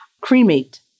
cremate